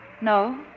No